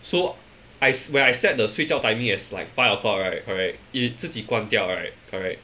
so I when I set the 睡觉 timing as like five o'clock right correct it 自己关掉 right correct